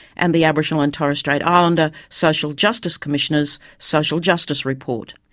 and the aboriginal and torres strait islander social justice commissioner's social justice report